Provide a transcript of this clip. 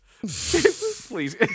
Please